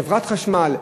לחברת חשמל,